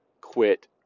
quit